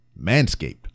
Manscaped